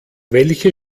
welche